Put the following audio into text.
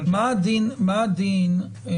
טוב, מה הדין של